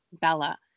bella